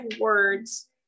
words